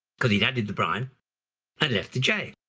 because he'd added the brian and left to j.